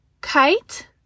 kite